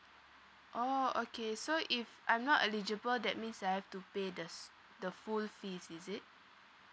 orh okay so if I'm not eligible that means I have to pay the s~ the full fees is it